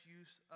use